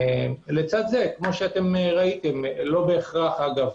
לצד זה, כפי שראיתם, לא בהכרח אגב,